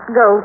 go